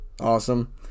Awesome